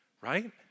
right